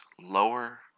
lower